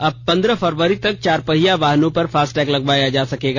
अब पंद्रह फरवरी तक चार पहिया वाहनों पर फास्टैग लगवाया जा सकेगा